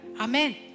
Amen